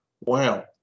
Wow